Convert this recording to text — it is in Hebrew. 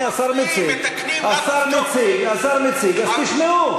השר מציג, אז תשמעו.